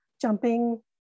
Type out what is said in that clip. jumping